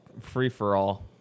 free-for-all